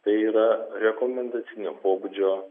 tai yra rekomendacinio pobūdžio